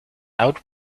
out